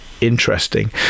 interesting